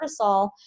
cortisol